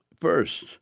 first